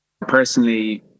Personally